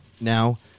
now